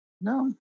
No